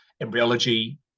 embryology